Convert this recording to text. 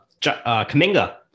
Kaminga